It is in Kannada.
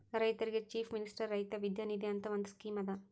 ರೈತರಿಗ್ ಚೀಫ್ ಮಿನಿಸ್ಟರ್ ರೈತ ವಿದ್ಯಾ ನಿಧಿ ಅಂತ್ ಒಂದ್ ಸ್ಕೀಮ್ ಅದಾ